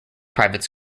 private